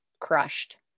crushed